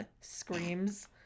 screams